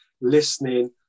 listening